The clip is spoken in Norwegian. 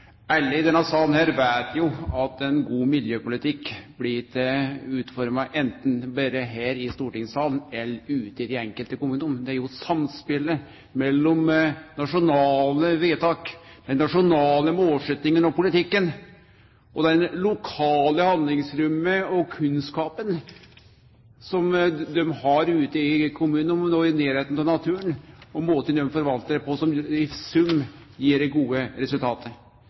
Alle i denne salen veit at ein god miljøpolitikk ikkje blir utforma verken her i stortingssalen eller ute i dei enkelte kommunane. Det er samspelet mellom nasjonale vedtak, dei nasjonale målsetjingane og politikken, det lokale handlingsrommet og kunnskapen som dei har ute i kommunane, der dei er i nærleiken av naturen – måten dei forvaltar naturen på – som i sum gir det gode